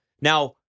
Now